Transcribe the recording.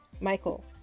Michael